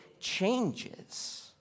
changes